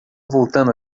voltando